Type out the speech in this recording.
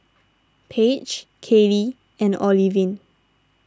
Paige Caylee and Olivine